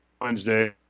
Wednesday